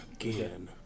again